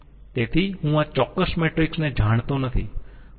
તેથી હું આ ચોક્કસ મેટ્રિક્સ ને જાણતો નથી